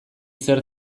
zer